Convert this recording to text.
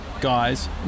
guys